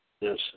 Yes